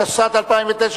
התשס"ט 2009,